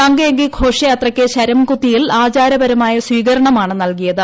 തങ്ക അങ്കി ഘോഷയാത്രയ്ക്ക് ശരംകുത്തിയിൽ ആചാരപരമായ സ്വീകരണമാണ് നൽകിയത്